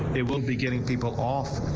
it will be getting people off.